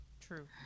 True